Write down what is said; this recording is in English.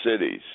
cities